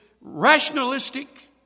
rationalistic